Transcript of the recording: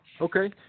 Okay